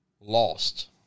lost